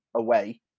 away